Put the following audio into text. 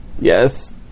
Yes